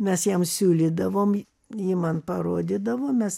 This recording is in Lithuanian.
mes jam siūlydavom ji man parodydavo mes